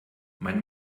mein